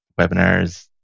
webinars